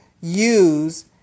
use